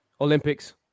Olympics